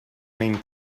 main